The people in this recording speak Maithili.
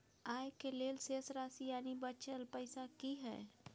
आय के लेल शेष राशि यानि बचल पैसा की हय?